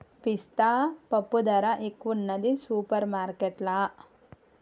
పిస్తా పప్పు ధర ఎక్కువున్నది సూపర్ మార్కెట్లల్లా